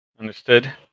Understood